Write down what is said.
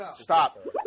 Stop